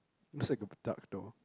looks like a duck though